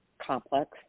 complex